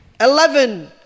eleven